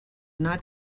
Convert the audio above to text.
not